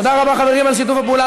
תודה רבה, חברים, על שיתוף הפעולה.